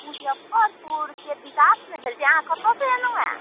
मुजफ्फरपुरके विकास नहि भेल छै अहाँ कत्तऽसँ अयलहुँ हँ